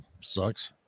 sucks